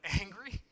angry